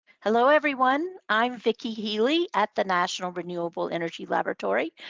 hello, everyone, i'm vickie healey at the national renewable energy laboratory.